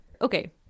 Okay